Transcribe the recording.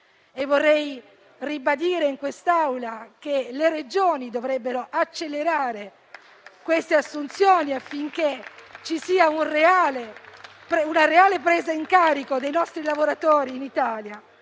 Vorrei ribadire in quest'Aula che le Regioni dovrebbero accelerare queste assunzioni affinché ci sia una reale presa in carico dei nostri lavoratori in Italia.